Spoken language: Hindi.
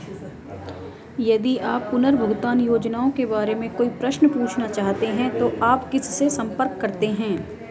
यदि आप पुनर्भुगतान योजनाओं के बारे में कोई प्रश्न पूछना चाहते हैं तो आप किससे संपर्क करते हैं?